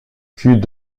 culs